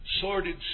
sordid